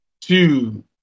two